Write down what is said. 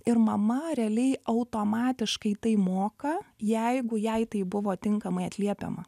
ir mama realiai automatiškai tai moka jeigu jai tai buvo tinkamai atliepiama